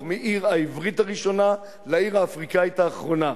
מהעיר העברית הראשונה לעיר האפריקנית האחרונה,